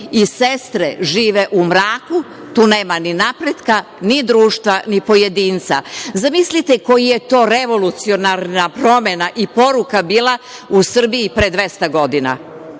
i sestre žive u mraku. Tu nema ni napretka, ni društva, ni pojedinca. Zamislite koja je to revolucionarna promena i poruka bila u Srbiji pre 200 godina.